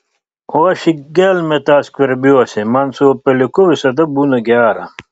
o aš į gelmę tą skverbiuosi man su upeliuku visada būna gera